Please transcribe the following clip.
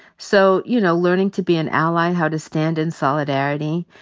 so, you know, learning to be an ally, how to stand in solidarity,